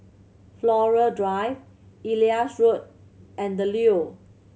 Flora Drive Elias Road and The Leo